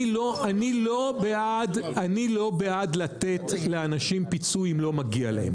אני לא בעד לתת לאנשים פיצוי אם לא מגיע להם